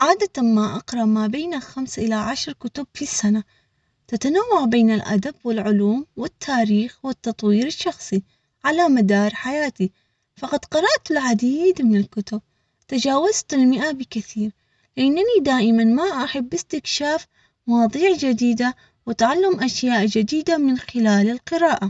عادة ما أقرأ ما بين خمس إلى عشر كتب في السنة، تتنوع بين الأدب والعلوم والتاريخ والتطوير الشخصي على مدار حياتي. فقد قرأت العديد من الكتب تجاوزت المائة بكثير، لأنني دائما ما أحب استكشاف مواضيع.